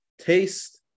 taste